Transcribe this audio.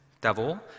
devil